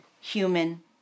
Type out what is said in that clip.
human